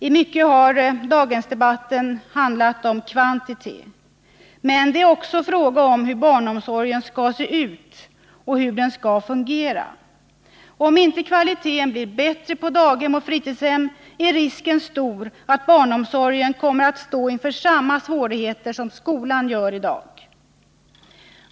I mycket har daghemsdebatten handlat om kvantitet. Men det är också fråga om hur barnomsorgen skall se ut och hur den skall fungera. Om inte kvaliteten blir bättre på daghem och fritidshem, är risken stor att barnomsorgen kommer att stå inför samma svårigheter som skolan har i dag.